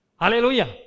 Hallelujah